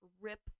rip